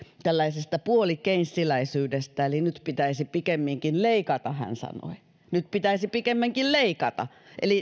tällaisesta puolikeynesiläisyydestä eli nyt pitäisi pikemminkin leikata hän sanoi nyt pitäisi pikemminkin leikata